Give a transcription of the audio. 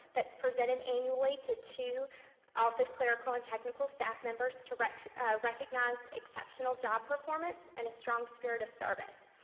that's presented annually to two office clerical and technical staff members to recognize recognize exceptional job performance and a strong spirit of service.